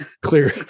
clear